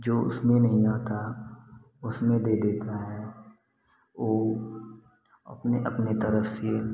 जो उसमें नहीं आता उसमें दे देता है ओ अपने अपने तरफ से